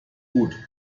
gut